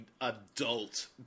adult